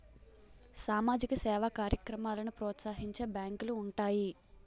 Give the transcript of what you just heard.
సామాజిక సేవా కార్యక్రమాలను ప్రోత్సహించే బ్యాంకులు ఉంటాయి